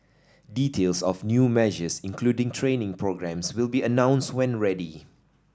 details of new measures including training programmes will be announced when ready